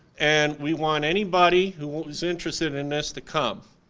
and we want anybody who is interested in this to come.